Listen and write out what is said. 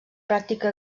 pràctica